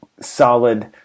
solid